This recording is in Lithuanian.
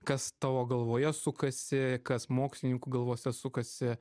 kas tavo galvoje sukasi kas mokslininkų galvose sukasi